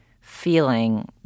feeling